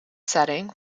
setting